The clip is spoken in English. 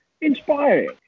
inspiring